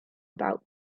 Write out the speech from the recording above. about